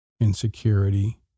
insecurity